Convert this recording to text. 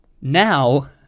now